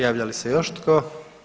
Javlja li se još tko?